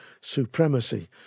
supremacy